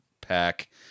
pack